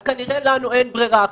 אז כנראה לנו אין ברירה אחרת,